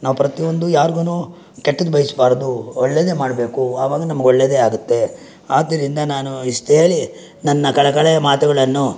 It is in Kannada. ನಾವು ಪ್ರತಿಯೊಂದು ಯಾರಿಗೂ ಕೆಟ್ಟದ್ದು ಬಯಸ್ಬಾರ್ದು ಒಳ್ಳೆಯದೇ ಮಾಡಬೇಕು ಆವಾಗ ನಮ್ಗೆ ಒಳ್ಳೆಯದೇ ಆಗುತ್ತೆ ಆದ್ದರಿಂದ ನಾನು ಇಷ್ಟು ಹೇಳಿ ನನ್ನ ಕಳಕಳಿಯ ಮಾತುಗಳನ್ನು